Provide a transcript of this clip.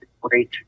great